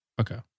okay